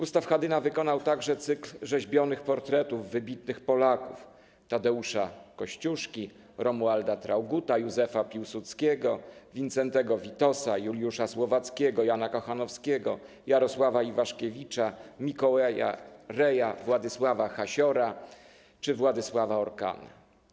Gustaw Hadyna wykonał także cykl rzeźbionych portretów wybitnych Polaków: Tadeusza Kościuszki, Romualda Traugutta, Józefa Piłsudskiego, Wincentego Witosa, Juliusza Słowackiego, Jana Kochanowskiego, Jarosława Iwaszkiewicza, Mikołaja Reja, Władysława Hasiora czy Władysława Orkana.